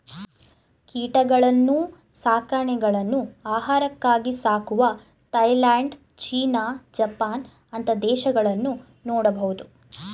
ಕೀಟಗಳನ್ನ್ನು ಸಾಕಾಣೆಗಳನ್ನು ಆಹಾರಕ್ಕಾಗಿ ಸಾಕುವ ಥಾಯಲ್ಯಾಂಡ್, ಚೀನಾ, ಜಪಾನ್ ಅಂತ ದೇಶಗಳನ್ನು ನೋಡಬಹುದು